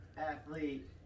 athlete